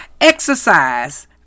exercise